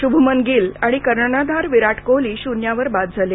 शुभमन गिल आणि कर्णधार विराट कोहली शून्यावर बाद झाले